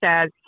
says